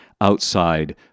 outside